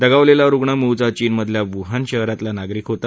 दगावलेला रुग्ण मुळचा चीनमधल्या वूहान शहरातला नागरिक होता